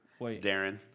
Darren